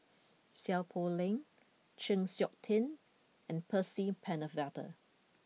Seow Poh Leng Chng Seok Tin and Percy Pennefather